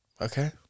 Okay